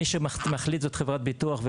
מי שמחליט זאת חברת הביטוח.